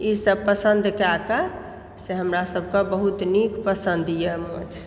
ई सब पसन्द कए कऽ से हमरा सब के बहुत नीक पसन्द यऽ माछ